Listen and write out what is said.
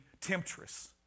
temptress